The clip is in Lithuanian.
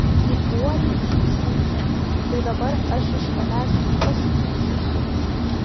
įpuolei į cypę tai dabar aš iš tavęs pasityčiosiu